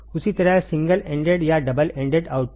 उसी तरह single ended या डबल एंडेड आउटपुट